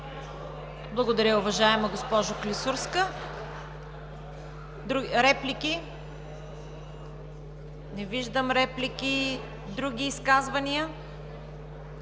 Благодаря, уважаеми господин Али. Реплики? Не виждам реплики. Други изказвания?